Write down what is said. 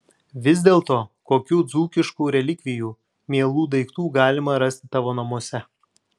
vis dėlto kokių dzūkiškų relikvijų mielų daiktų galima rasti tavo namuose